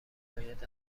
شکایت